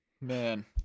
Man